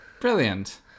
brilliant